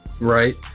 Right